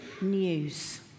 news